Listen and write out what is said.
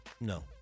No